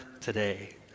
today